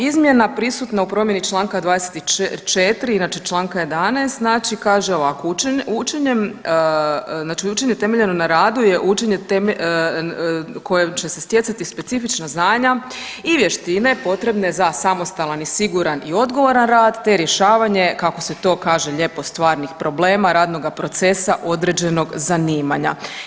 Izmjena prisutna u promjeni članka 24. inače članka 11. znači kaže ovako: „Znači učenje temeljeno na radu je učenje kojim će se stjecati specifična znanja i vještine potrebne za samostalan i siguran i odgovoran rad te rješavanje kako se to kaže lijepo stvarnih problema, radnoga procesa određenog zanimanja.